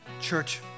Church